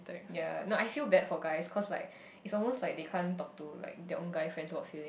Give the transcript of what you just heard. ya no I feel bad for guys cause like it's almost like they can't talk to like their own guy friends for feeling